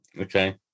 Okay